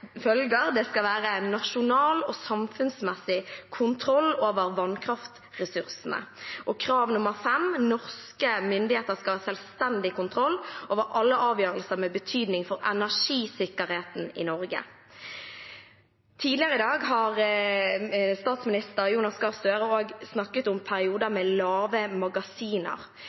følger: «Det skal være nasjonal og samfunnsmessig styring og kontroll over vannkraftressursene.» I et annet krav heter det at norske myndigheter skal ha selvstendig kontroll «over alle avgjørelser med betydning for energisikkerheten i Norge». Tidligere i dag har statsminister Jonas Gahr Støre snakket om perioder med lave magasiner.